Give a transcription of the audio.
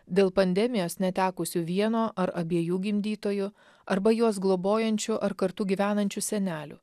dėl pandemijos netekusių vieno ar abiejų gimdytojų arba juos globojančių ar kartu gyvenančių senelių